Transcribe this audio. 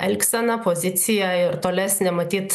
elgseną poziciją ir tolesnę matyt